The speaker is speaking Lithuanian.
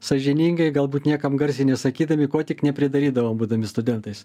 sąžiningai galbūt niekam garsiai nesakydami ko tik nepridarydavom būdami studentais